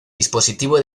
dispositivo